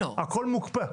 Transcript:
הכול מוקפא.